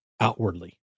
outwardly